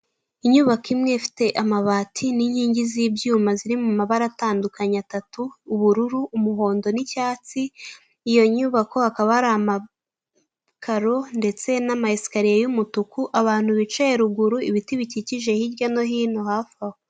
Inyubako imwe ifite amabati n'inkingi z'ibyuma ziri mu mabara atandukanye atatu ubururu, umuhondo n'icyatsi, iyo nyubako hakaba hari amakaro ndetse n'ama esikariye y'umutuku, abantu bicaye ruguru, ibiti bikikije hirya no hino hafi aho.